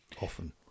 often